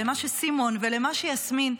ולמה שסימון ולמה שיסמין,